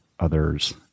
others